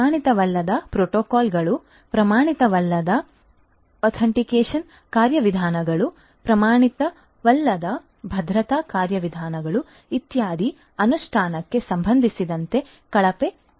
ಪ್ರಮಾಣಿತವಲ್ಲದ ಪ್ರೋಟೋಕಾಲ್ಗಳು ಪ್ರಮಾಣಿತವಲ್ಲದ ಅಥೆಂಟಿಕೇಷನ್ ಕಾರ್ಯವಿಧಾನಗಳು ಪ್ರಮಾಣಿತವಲ್ಲದ ಭದ್ರತಾ ಕಾರ್ಯವಿಧಾನಗಳು ಇತ್ಯಾದಿಗಳ ಅನುಷ್ಠಾನಕ್ಕೆ ಸಂಬಂಧಿಸಿದಂತೆ ಕಳಪೆ ವಿನ್ಯಾಸ